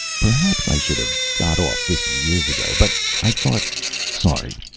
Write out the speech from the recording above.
perhaps i should have got off fifty years ago, but i thought sorry.